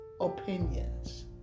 opinions